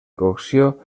cocció